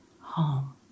home